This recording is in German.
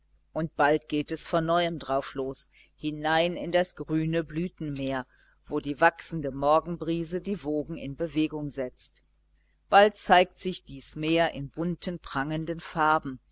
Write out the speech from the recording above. und bald geht es von neuem darauflos hinein in das grüne blütenmeer wo die wachsende morgenbrise die wogen in bewegung setzt bald zeigt sich dies meer in bunten prangenden farben